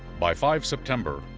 by five september,